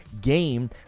game